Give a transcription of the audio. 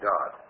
God